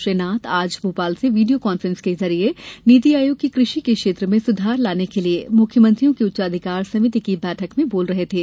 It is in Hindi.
श्री नाथ आज भोपाल से वीडियो कांफ्रेंस के जरिए नीति आयोग की कृषि के क्षेत्र में सुधार लाने के लिए मुख्यमंत्रियों की उच्चाधिकार समिति की बैठक में बोल रहे थे